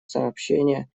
сообщение